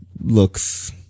looks